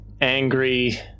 angry